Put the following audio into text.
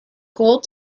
gold